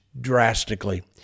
drastically